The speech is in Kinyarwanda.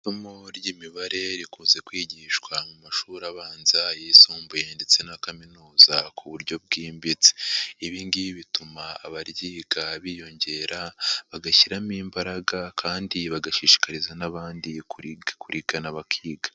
Isomo ry'imibare rikunze kwigishwa mu mashuri abanza, ayisumbuye ndetse na kaminuza ku buryo bwimbitse, ibi ngibi bituma abaryiga biyongera, bagashyiramo imbaraga kandi bagashishikariza n'abandi kurikurikirana bakiga.